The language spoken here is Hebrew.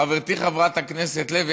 חברתי חברת הכנסת לוי,